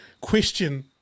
question